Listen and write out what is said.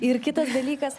ir kitas dalykas